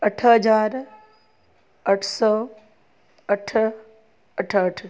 अठ हज़ार अठ सौ अठ अठहठ